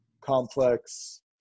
complex